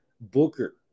Booker